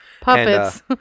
Puppets